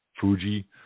Fuji